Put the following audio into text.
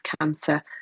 cancer